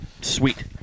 Sweet